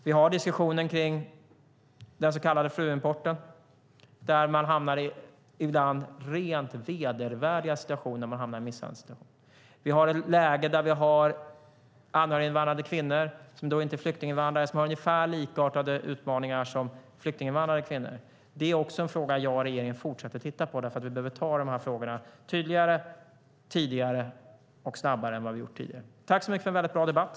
Vi har diskussionen kring den så kallade fruimporten där kvinnor ibland hamnar i rent vedervärdiga situationer. Vi har ett läge där vi har anhöriginvandrade kvinnor, som inte är flyktinginvandrare, som har ungefär likartade utmaningar som flyktinginvandrade kvinnor. Det är också en fråga som jag och regeringen fortsätter att titta på eftersom vi behöver ta tag i dessa frågor tydligare, tidigare och snabbare än vad vi har gjort förut. Jag tackar för en mycket bra debatt.